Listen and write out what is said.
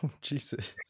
Jesus